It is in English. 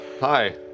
Hi